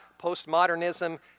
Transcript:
Postmodernism